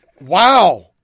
wow